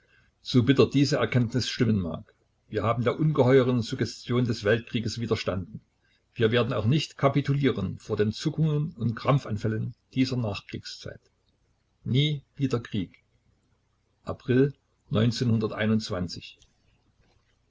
so bitter diese erkenntnis stimmen mag wir haben der ungeheuren suggestion des weltkrieges widerstanden wir werden auch nicht kapitulieren vor den zuckungen und krampfanfällen dieser nachkriegszeit nie wieder krieg april